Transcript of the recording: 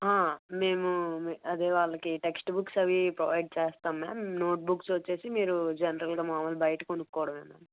మేము అదే వాళ్ళకి టెక్స్ట్ బుక్స్ అవి ప్రొవైడ్ చేస్తాము మ్యామ్ నోట్బుక్స్ వచ్చేసి మీరు జనరల్గా మామూలుగా బయట కొనుక్కోవడమే మ్యామ్